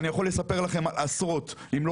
אני יכול לספר לכם על עשרות אם לא